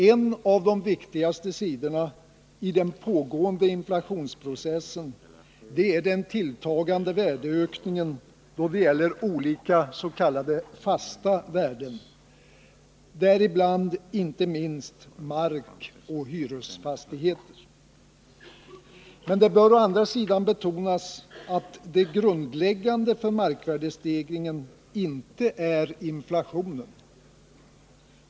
En av de viktigaste sidorna i den pågående inflationsprocessen är den tilltagande värdeökningen då det gäller olika s.k. fasta värden, däribland inte minst mark och hyresfastigheter. Men det bör å andra sidan betonas att det grundläggande för markvärdestegringen inte är inflationen.